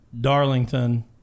Darlington